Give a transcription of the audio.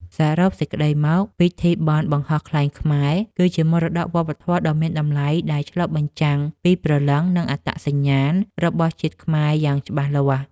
សរុបសេចក្ដីមក ពិធីបុណ្យបង្ហោះខ្លែងខ្មែរ គឺជាមរតកវប្បធម៌ដ៏មានតម្លៃដែលឆ្លុះបញ្ចាំងពី ព្រលឹង និងអត្តសញ្ញាណ របស់ជាតិខ្មែរយ៉ាងច្បាស់លាស់។